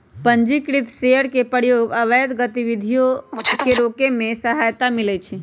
पंजीकृत शेयर के प्रयोग से अवैध गतिविधियों के रोके में सहायता मिलइ छै